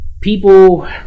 people